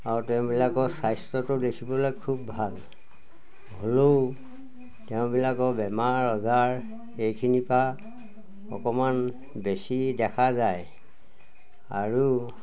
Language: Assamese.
আৰু তেওঁবিলাকৰ স্বাস্থ্যটো দেখিবলৈ খুব ভাল হ'লেও তেওঁবিলাকৰ বেমাৰ আজাৰ এইখিনিৰপৰা অকণমান বেছি দেখা যায় আৰু